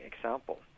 example